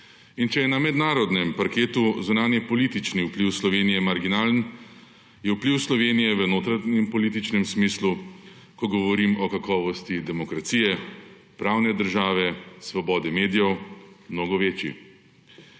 In če je na mednarodnem parketu zunanjepolitični vpliv Slovenije marginalen, je vpliv Slovenije v notranjepolitičnem smislu, ko govorimo o kakovosti demokracije, pravne države, svobode medijev, mnogo večji.